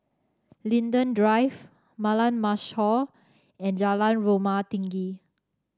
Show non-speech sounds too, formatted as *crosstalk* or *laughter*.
Linden Drive *unintelligible* Mashhor and Jalan Rumah Tinggi